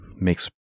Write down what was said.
makes